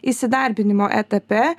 įsidarbinimo etape